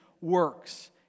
works